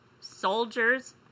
soldier's